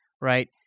right